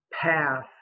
path